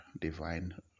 divine